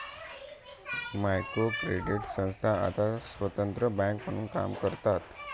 micro credit संस्था आता स्वतंत्र बँका म्हणून काम करतात